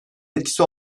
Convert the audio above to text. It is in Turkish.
etkisi